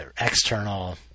external